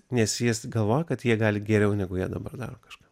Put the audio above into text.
nes jis galvojo kad jie gali geriau negu jie dabar daro kažką